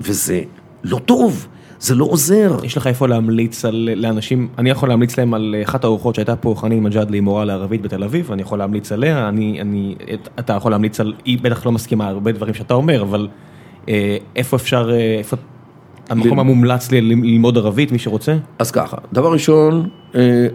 וזה לא טוב, זה לא עוזר. יש לך איפה להמליץ לאנשים, אני יכול להמליץ להם על אחת האורחות שהייתה פה, חאני מג'אדלי מורה לערבית בתל אביב, אני יכול להמליץ עליה, אני, אני, אתה יכול להמליץ על, היא בטח לא מסכימה על הרבה דברים שאתה אומר, אבל איפה אפשר, איפה, המקום המומלץ לי ללמוד ערבית, מי שרוצה? -אז ככה, דבר ראשון,